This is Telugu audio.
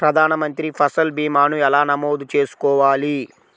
ప్రధాన మంత్రి పసల్ భీమాను ఎలా నమోదు చేసుకోవాలి?